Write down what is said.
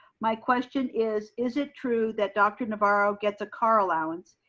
my question is, is it true that dr. navarro gets a car allowance?